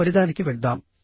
తదుపరిదానికి వెళ్దాం